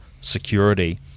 security